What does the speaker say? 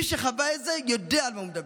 ומי שחווה את זה יודע על מה הוא מדבר.